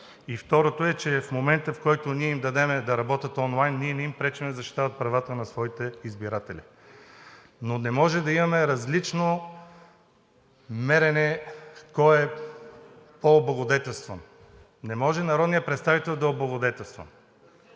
И второто е, че в момента, в който ние им дадем да работят онлайн, не им пречим да защитават правата на своите избиратели. Но не може да имаме различно мерене кой е по-облагодетелстван. Не може народният представител да е облагодетелстван.